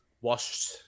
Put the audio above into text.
washed